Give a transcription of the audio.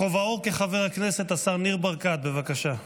בכובעו כחבר הכנסת, השר ניר ברקת, בבקשה.